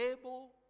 able